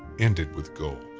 ended with gold,